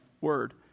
word